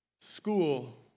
school